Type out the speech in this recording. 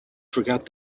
forgot